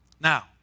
Now